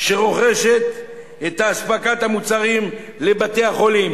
שרוכשת את המוצרים לבתי-החולים.